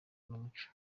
n’umuco